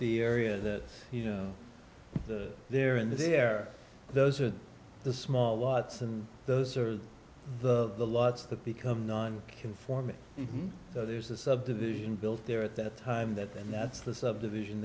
the area that you know they're in there those are the small lots and those are the the lots the become non conforming so there's a subdivision built there at that time that then that's the subdivision